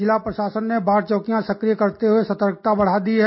जिला प्रशासन ने बाढ़ चौकियां सक्रिय करते हुए सतर्कता बढा दी है